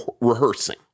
rehearsing